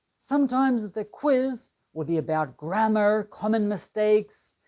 sometimes the quiz will be about grammar, common mistakes,